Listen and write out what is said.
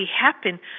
happen